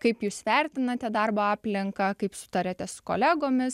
kaip jūs vertinate darbo aplinką kaip sutariate su kolegomis